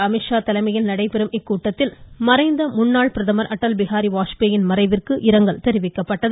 அமீத்ஷா தலைமையில் நடைபெறும் இக்கூட்டத்தில் மறைந்த முன்னாள் பிரதமர் அடல் பிஹாரி வாஜ்பேயின் மறைவிற்கு இரங்கல் தெரிவிக்கப்பட்டது